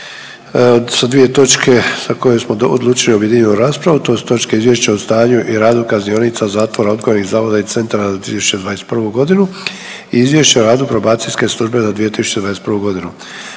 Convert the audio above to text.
sa dvije točke za koje smo odlučili objedinjenu raspravu to su točke: - Izvješće o stanju i radu kaznionica, zatvora, odgojnih zavoda i centara za 2021. godinu i - Izvješće o radu probacijske službe za 2021. godinu